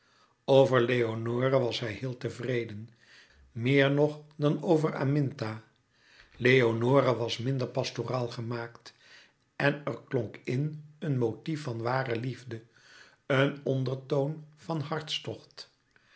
over leonore was hij heel tevreden meer nog dan over aminta leonore was minder pastoraal gemaakt en er klonk in een motief van ware liefde een ondertoon van hartstocht